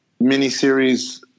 miniseries